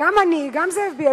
גם שלי וגם של זאב בילסקי,